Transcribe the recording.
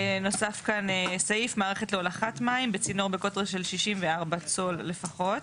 נוסף כאן סעיף "מערכת להולכת מים בצינור בקוטר של 64 צול לפחות".